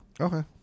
Okay